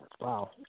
wow